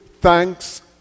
thanks